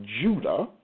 Judah